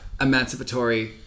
emancipatory